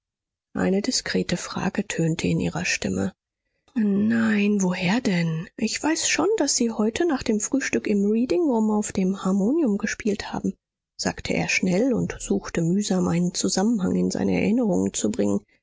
eine diskrete frage tönte in ihrer stimme nein woher denn ich weiß schon daß sie heute nach dem frühstück im reading room auf dem harmonium gespielt haben sagte er schnell und suchte mühsam einen zusammenhang in seine erinnerungen zu bringen